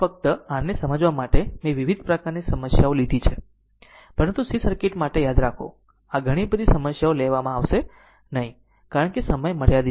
આમ ફક્ત r ને સમજવા માટે મેં વિવિધ પ્રકારની સમસ્યાઓ લીધી છે પરંતુ c સર્કિટ માટે યાદ રાખો આ ઘણી બધી સમસ્યાઓ લેવામાં આવશે નહીં કારણ કે સમય મર્યાદિત છે